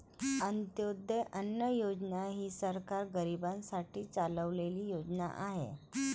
अंत्योदय अन्न योजना ही सरकार गरीबांसाठी चालवलेली योजना आहे